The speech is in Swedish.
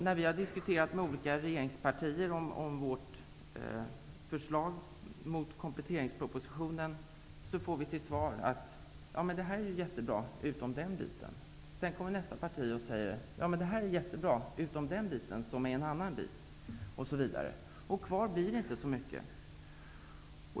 När vi i Ny demokrati har diskuterat vårt motförslag till kompletteringspropositionen med olika regeringspartier, har vi av företrädare för det ena partiet fått höra: Det här är ju jättebra, förutom den biten. Sedan har vi talat med företrädare för ett annat parti, och de har sagt: Det här är jättebra, förutom den biten -- och då har de menat en annan bit. Kvar blir inte så mycket.